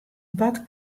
wat